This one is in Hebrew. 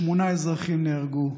שמונה אזרחים נהרגו,